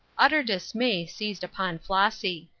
utter dismay seized upon flossy.